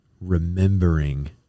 remembering